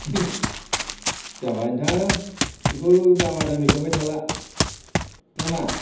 जाबाय नोंथां बेखौ दामा दामि खालामबाय थाला ना मा